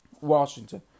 Washington